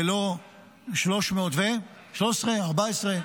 ולא 313 ימים, 314 ימים,